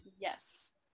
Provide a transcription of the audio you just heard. yes